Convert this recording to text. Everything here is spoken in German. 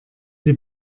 sie